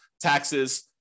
taxes